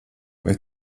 vai